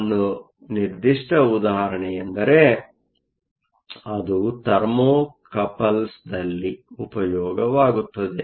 ಒಂದು ನಿರ್ದಿಷ್ಟ ಉದಾಹರಣೆಯೆಂದರೆ ಅದು ಥರ್ಮೋಕಪಲ್ಸ್ದಲ್ಲಿ ಉಪಯೋಗವಾಗುತ್ತದೆ